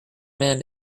man